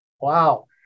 Wow